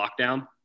lockdown